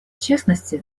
частности